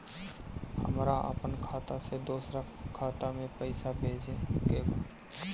हमरा आपन खाता से दोसरा खाता में पइसा भेजे के बा